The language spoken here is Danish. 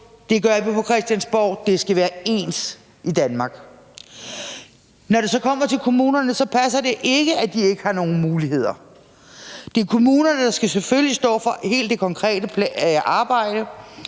de ting på Christiansborg. Det skal være ens i Danmark. Når det så kommer til kommunerne, passer det ikke, at de ikke har nogen muligheder. Det er kommunerne, der selvfølgelig står for hele det konkrete arbejde,